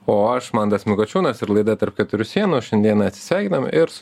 o aš mantas mikučiūnas ir laida tarp keturių sienų šiandien atsisveikiname ir